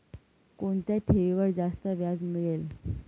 कोणत्या ठेवीवर जास्त व्याज मिळेल?